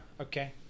Okay